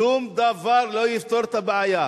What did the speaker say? שום דבר לא יפתור את הבעיה.